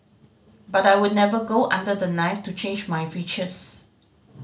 but I would never go under the knife to change my features